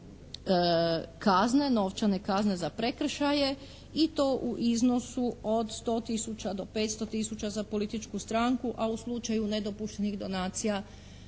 kazne, novčane kazne za prekršaje i to u iznosu od 100 tisuća do 500 tisuća za političku stranku, a u slučaju nedopuštenih donacija